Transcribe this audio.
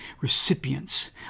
recipients